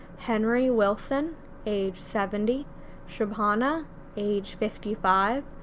henry wilson age seventy shobhana age fifty five,